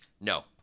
No